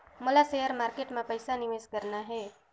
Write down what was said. मोला share market मां पइसा निवेश करना हे?